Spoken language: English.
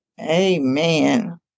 Amen